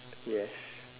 yes